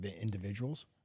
individuals